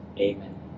Amen